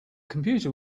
computer